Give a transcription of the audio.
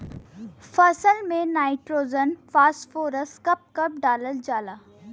फसल में nitrogen phosphorus कब कब डालल जाला?